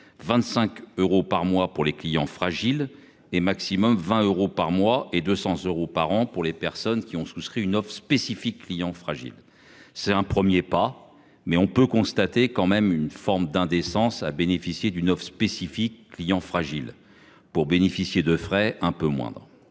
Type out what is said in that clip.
25 euros par mois pour les clients fragiles et maximum 20 euros par mois et 200 euros par an pour les personnes qui ont souscrit une offre spécifique clients fragiles. C'est un 1er pas mais on peut constater quand même une forme d'indécence à bénéficier d'une offre spécifique clients fragiles. Pour bénéficier de frais un peu moindre.